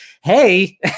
hey